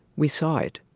we saw it,